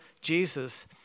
Jesus